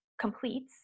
completes